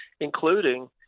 including